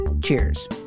Cheers